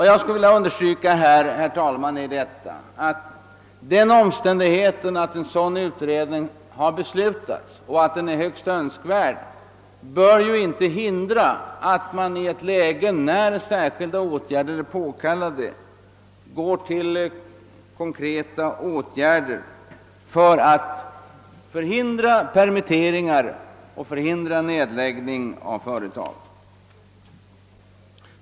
Jag skulle, herr talman, vilja understryka att den omständigheten att en sådan utredning beslutats och att den är högst önskvärd inte bör hindra att man, när konkreta åtgärder är påkallade, vidtar sådana för att undvika permitteringar och nedläggning av företag.